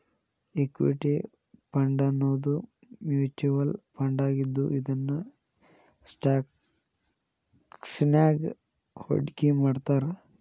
equity ಫಂಡನ್ನೋದು mutual ಫಂಡಾಗಿದ್ದು ಇದನ್ನ ಸ್ಟಾಕ್ಸ್ನ್ಯಾಗ್ ಹೂಡ್ಕಿಮಾಡ್ತಾರ